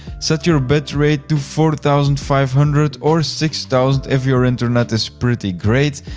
set your bit rate to four thousand five hundred or six thousand if your internet is pretty great.